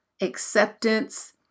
acceptance